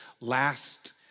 last